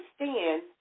understand